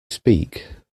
speak